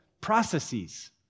processes